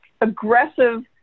aggressive